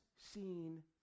seen